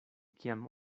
kiam